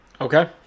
Okay